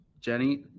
jenny